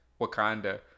wakanda